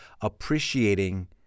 appreciating